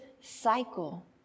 cycle